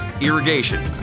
Irrigation